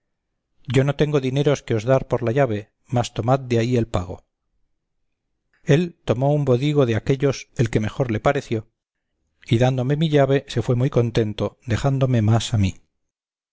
yo no tengo dineros que os dar por la llave mas tomad de ahí el pago él tomó un bodigo de aquéllos el que mejor le pareció y dándome mi llave se fue muy contento dejándome más a mí